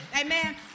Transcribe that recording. Amen